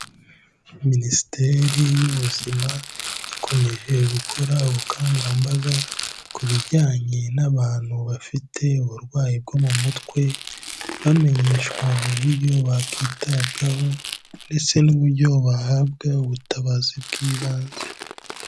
Minisiteri y'ubuzima ikomeje gukora ubukangurambaga ku bijyanye n'abantu bafite uburwayi bwo mu mutwe, bamenyeshwa uburyo bakitabwaho ndetse n'uburyo bahabwa ubutabazi bw'ibanze.